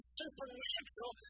supernatural